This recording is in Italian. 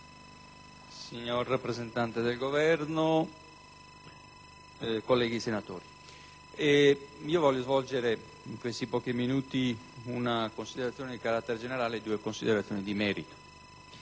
signor rappresentante Governo, colleghi senatori, voglio svolgere in questi pochi minuti una considerazione di carattere generale e due considerazioni di merito.